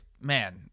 Man